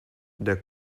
der